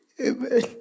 Amen